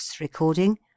recording